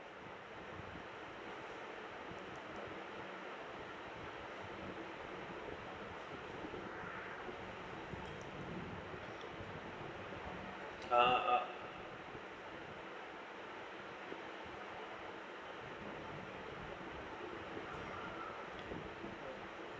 ah ah